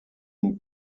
une